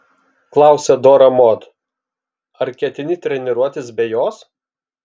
klausia dora mod ar ketini treniruotis be jos